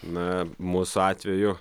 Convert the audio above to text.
na mūsų atveju